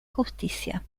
justicia